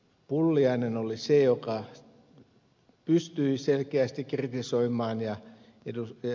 pulliainen oli se joka pystyi selkeästi kritisoimaan ja ed